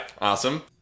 Awesome